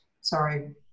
sorry